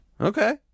okay